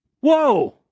Whoa